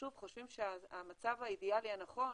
שוב, חושבים שהמצב האידיאלי הנכון,